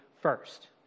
first